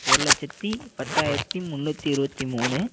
ஒரு லட்சத்தி பத்தாயிரத்தி முண்ணூற்றி இருபத்தி மூணு